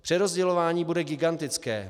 Přerozdělování bude gigantické.